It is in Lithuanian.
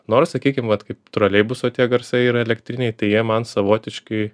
nors sakykim vat kaip troleibuso tie garsai yra elektriniai tai jie man savotiškai